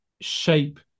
shape